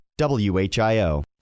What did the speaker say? WHIO